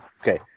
Okay